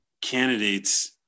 candidates